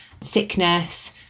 sickness